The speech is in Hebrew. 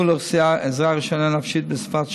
לאוכלוסייה עזרה ראשונה נפשית בשפות שונות,